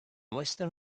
western